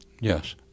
Yes